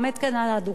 הוא עומד כאן על הדוכן,